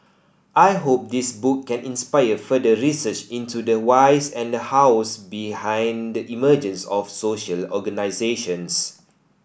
I hope this book can inspire further research into the whys and the hows behind the emergence of social organisations